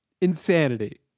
insanity